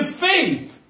faith